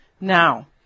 Now